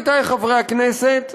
עמיתיי חברי הכנסת,